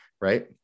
right